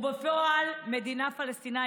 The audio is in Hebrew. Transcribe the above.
ובפועל מדינה פלסטינית,